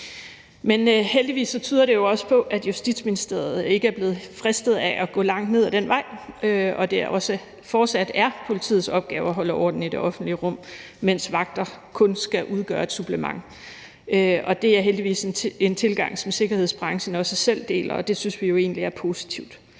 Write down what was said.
Men heldigvis tyder det også på, at Justitsministeriet ikke er blevet fristet af at gå langt ned ad den vej, og det er også fortsat politiets opgave at holde orden i det offentlige rum, mens vagter kun skal udgøre et supplement. Det er heldigvis en tilgang, som sikkerhedsbranchen også selv deler, og det synes vi egentlig er positivt.